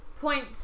Point